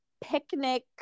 picnic